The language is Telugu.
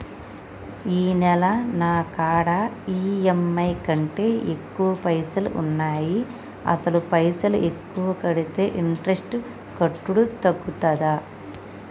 ఈ నెల నా కాడా ఈ.ఎమ్.ఐ కంటే ఎక్కువ పైసల్ ఉన్నాయి అసలు పైసల్ ఎక్కువ కడితే ఇంట్రెస్ట్ కట్టుడు తగ్గుతదా?